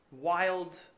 wild